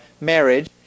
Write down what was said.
marriage